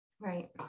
Right